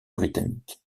britannique